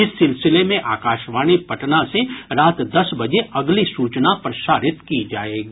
इस सिलसिले में आकाशवाणी पटना से रात दस बजे अगली सूचना प्रसारित की जायेगी